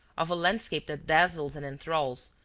of a landscape that dazzles and enthralls,